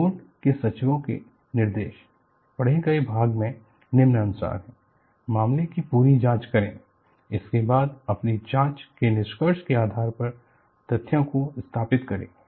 board के सचिवों के निर्देश पढ़े गए भाग में निम्नानुसार हैं मामले की पूरी जाँच करें इसके बाद अपनी जाँच के निष्कर्ष के आधार पर तथ्यों को स्थापित करेंगे